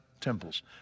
temples